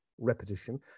repetition